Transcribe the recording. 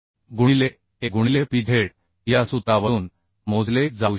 गुणिले A गुणिले pz या सूत्रावरून मोजले जाऊ शकते